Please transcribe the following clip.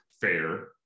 Fair